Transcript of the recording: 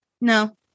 No